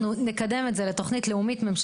אנחנו נקדם את זה לתוכנית לאומית ממשלתית,